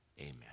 Amen